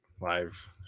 live